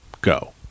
go